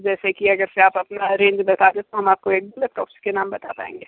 जैसे की अगर से आप अपना रेंज बता दें तो हम आपको एक दो लैपटॉप के नाम बता पाएंगे